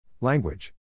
Language